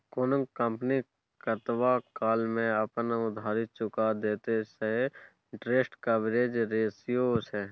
कोनो कंपनी कतबा काल मे अपन उधारी चुका देतेय सैह इंटरेस्ट कवरेज रेशियो छै